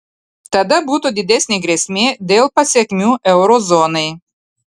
tada būtų didesnė grėsmė dėl pasekmių euro zonai